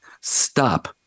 stop